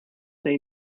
they